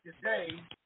today